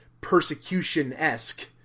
persecution-esque